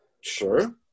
sure